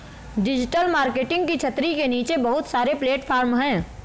digital marketing की छतरी के नीचे बहुत सारे प्लेटफॉर्म हैं